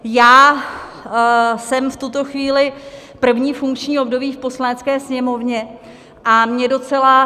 Já jsem v tuto chvíli první funkční období v Poslanecké sněmovně a mě docela...